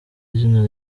izina